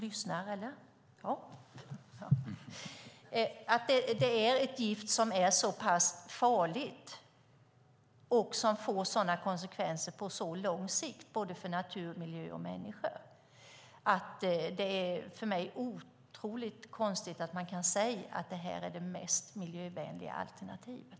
Detta är ett gift som är farligt och som får konsekvenser för natur, miljö och människor på lång sikt. Jag tycker att det är otroligt konstigt att man kan säga att detta är det mest miljövänliga alternativet.